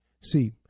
See